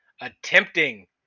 attempting